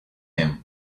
him